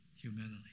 humanity